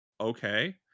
Okay